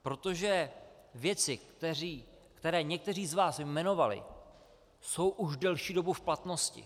Protože věci, které někteří z vás jmenovali, jsou už delší dobu v platnosti.